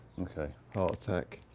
ok. heart attack.